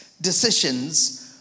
decisions